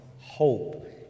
hope